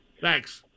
thanks